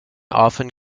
often